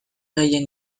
gehien